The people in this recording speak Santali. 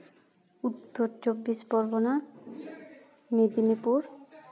ᱩᱛᱛᱚᱨ ᱪᱚᱵᱵᱤᱥ ᱯᱚᱨᱜᱚᱱᱟ ᱢᱮᱫᱽᱱᱤᱯᱩᱨ